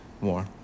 more